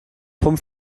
pump